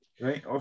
right